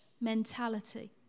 mentality